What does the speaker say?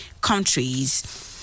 countries